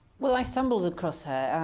well, i stumbled across her.